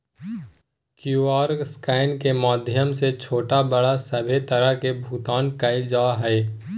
QR scan के माध्यम से छोटा बड़ा सभे तरह के भुगतान कइल जा हइ